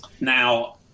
now